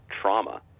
trauma